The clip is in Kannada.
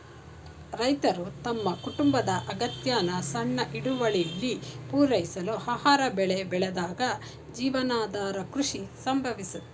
ರೈತರು ತಮ್ಮ ಕುಟುಂಬದ ಅಗತ್ಯನ ಸಣ್ಣ ಹಿಡುವಳಿಲಿ ಪೂರೈಸಲು ಆಹಾರ ಬೆಳೆ ಬೆಳೆದಾಗ ಜೀವನಾಧಾರ ಕೃಷಿ ಸಂಭವಿಸುತ್ತದೆ